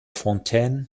fontaine